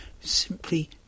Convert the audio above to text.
simply